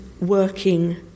working